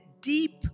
deep